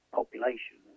population